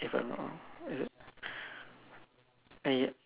if I'm not wrong